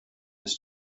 his